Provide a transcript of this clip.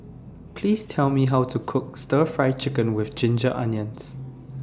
Please Tell Me How to Cook Stir Fry Chicken with Ginger Onions